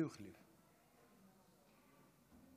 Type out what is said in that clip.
כבוד היושב-ראש, כנסת